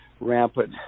rampant